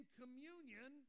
communion